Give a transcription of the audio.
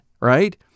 right